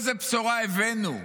איזו בשורה הבאנו,